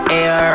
air